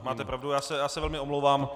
Máte pravdu, já se velmi omlouvám.